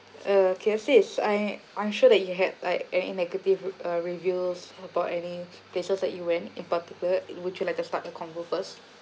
uh okay sis I I'm sure that you had like an negative uh reviews about any places that you went in particular would you like to start the convo first